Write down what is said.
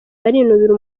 barinubira